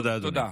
תודה.